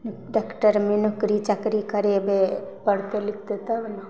डॉक्टरमे नौकरी चाकरी करेबै पढ़तै लिखतै तब ने